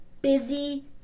busy